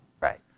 right